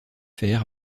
fer